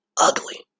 ugly